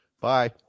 Bye